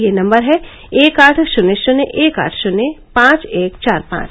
यह नम्बर है एक आठ शन्य शन्य एक आठ शन्य पांच एक चार पांच